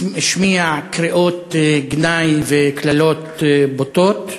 השמיע קריאות גנאי וקללות בוטות,